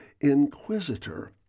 inquisitor